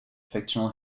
fictional